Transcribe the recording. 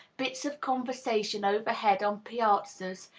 bits of conversation overheard on piazzas,